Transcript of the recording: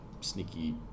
sneaky